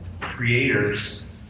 creators